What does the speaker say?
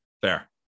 Fair